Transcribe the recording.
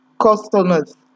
customers